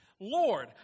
Lord